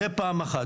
זה פעם אחת.